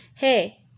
Hey